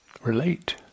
relate